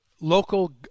local